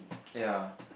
ya